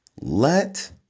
Let